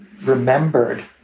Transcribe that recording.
remembered